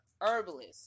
herbalist